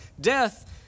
death